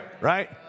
right